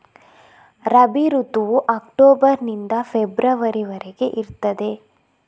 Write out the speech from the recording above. ರಬಿ ಋತುವು ಅಕ್ಟೋಬರ್ ನಿಂದ ಫೆಬ್ರವರಿ ವರೆಗೆ ಇರ್ತದೆ